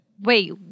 Wait